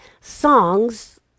songs